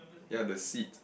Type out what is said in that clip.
ya the seat